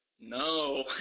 no